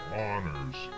honors